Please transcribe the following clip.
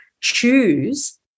choose